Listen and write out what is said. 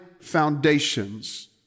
foundations